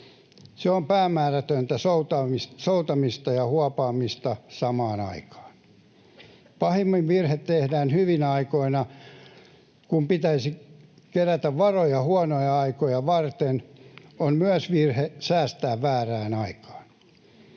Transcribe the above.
Se on päämäärätöntä soutamista ja huopaamista samaan aikaan. Pahimmat virheet tehdään hyvinä aikoina, kun pitäisi kerätä varoja huonoja aikoja varten. On myös virhe säästää väärään aikaan.